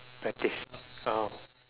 practice oh